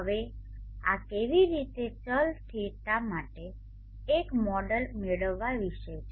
હવે આ કેવી રીતે ચલ δ માટે એક મોડેલ મેળવવા વિશે છે